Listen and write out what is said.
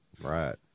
Right